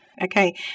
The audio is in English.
Okay